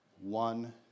one